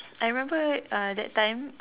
I remember uh that time